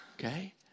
Okay